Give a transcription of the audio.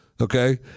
Okay